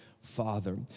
Father